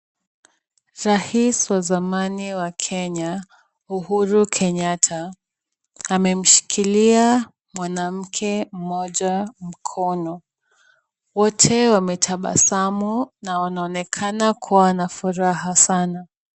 Rais wa zamani wa Kenya Uhuru Kenyatta amemshikilia mwanamke mmoja mkono. Wote wametabasamu na wanaonekana kuwa na furaha sana.